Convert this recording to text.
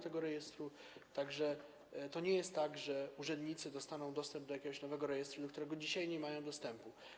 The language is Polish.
Tak że to nie jest tak, że urzędnicy dostaną dostęp do jakiegoś nowego rejestru, do którego dzisiaj nie mają dostępu.